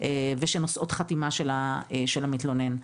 ושנושאות חתימה של המתלונן.